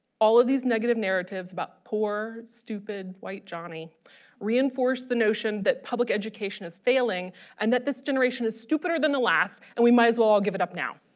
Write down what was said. all of these negative narratives about poor stupid white johnny reinforce the notion that public education is failing and that this generation is stupider than the last, and we might as well give it up now.